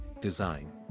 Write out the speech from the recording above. design